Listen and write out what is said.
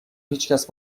هیچکس